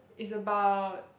it's about